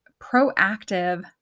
proactive